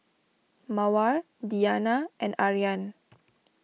Mawar Diyana and Aryan